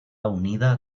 unida